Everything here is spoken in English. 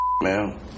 man